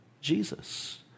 Jesus